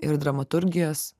ir dramaturgijos